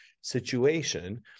situation